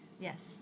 Yes